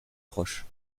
proche